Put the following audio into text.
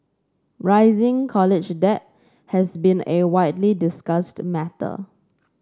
rising college debt has been a widely discussed matter